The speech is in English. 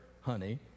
honey